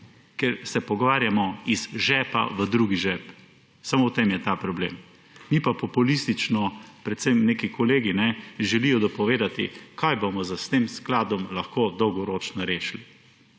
Ker se pogovarjamo iz žepa v drugi žep, samo v tem je ta problem. Mi pa populistično, predvsem neki kolegi želijo dopovedati, kaj bomo s tem skladom lahko dolgoročno rešili.